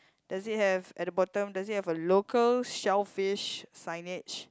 does it have at the bottom does it have a local shellfish signage